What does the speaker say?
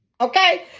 okay